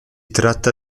tratta